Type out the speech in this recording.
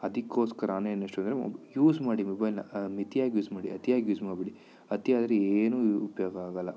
ಅದಕ್ಕೋಸ್ಕರವೇ ಯೂಸ್ ಮಾಡಿ ಮೊಬೈಲ್ನ ಮಿತಿಯಾಗಿ ಯೂಸ್ ಮಾಡಿ ಅತಿಯಾಗಿ ಯೂಸ್ ಮಾಡಬೇಡಿ ಅತಿಯಾದ್ರೆ ಏನೂ ಉಪಯೋಗ ಆಗೋಲ್ಲ